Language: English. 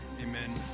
amen